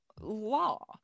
law